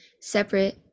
separate